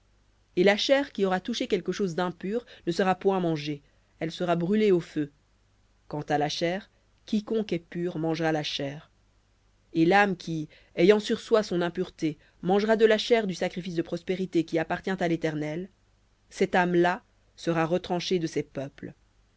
et la chair qui aura touché quelque chose d'impur ne sera point mangée elle sera brûlée au feu quant à la chair quiconque est pur mangera la chair et l'âme qui ayant sur soi son impureté mangera de la chair du sacrifice de prospérités qui appartient à l'éternel cette âme là sera retranchée de ses peuples